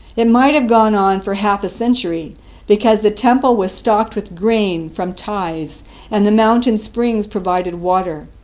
it might have gone on for half a century because the temple was stocked with grain from tithes and the mountain springs provided water.